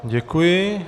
Děkuji.